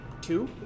Two